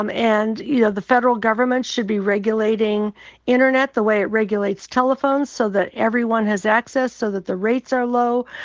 um and, you know, the federal government should be regulating internet the way it regulates telephones so that everyone has access, so that the rates are low.